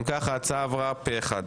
הצבעה בעד, פה אחד.